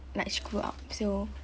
like screw up so